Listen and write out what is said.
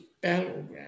Battleground